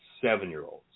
seven-year-olds